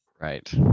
right